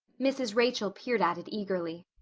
mrs. rachel peered at it eagerly.